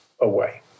away